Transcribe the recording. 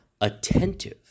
attentive